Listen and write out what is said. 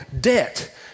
debt